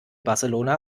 barcelona